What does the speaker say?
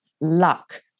luck